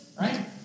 right